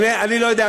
אני לא יודע,